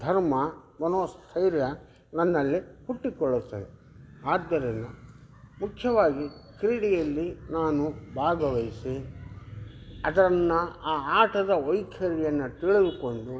ಧರ್ಮ ಮನೋಸ್ಥೈರ್ಯ ನನ್ನಲ್ಲಿ ಹುಟ್ಟಿಕೊಳ್ಳುತ್ತದೆ ಆದ್ದರಿಂದ ಮುಖ್ಯವಾಗಿ ಕ್ರೀಡೆಯಲ್ಲಿ ನಾನು ಭಾಗವಹಿಸಿ ಅದನ್ನ ಆ ಆಟದ ವೈಖರಿಯನ್ನ ತಿಳಿದುಕೊಂಡು